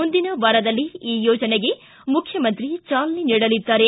ಮುಂದಿನ ವಾರದಲ್ಲಿ ಈ ಯೋಜನೆಗೆ ಮುಖ್ಯಮಂತ್ರಿ ಚಾಲನೆ ನೀಡಲಿದ್ದಾರೆ